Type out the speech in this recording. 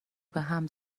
بهم